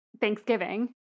Thanksgiving